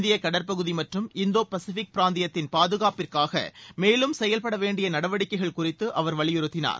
இந்தியக்கடற்பகுதி மற்றும் Indo Pacific பிராந்தியத்தின் பாதுகாப்பிற்காக மேலும் செயல்பட வேண்டிய நடவடிக்கைகளை குறித்து அவர் வலியுறுத்தினார்